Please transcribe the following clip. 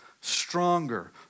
stronger